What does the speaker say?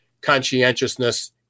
conscientiousness